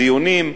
דיונים,